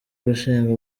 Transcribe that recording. gushinga